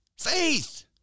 faith